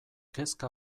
kezka